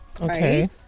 okay